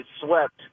swept